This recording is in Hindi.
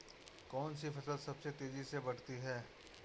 कौनसी फसल सबसे तेज़ी से बढ़ती है?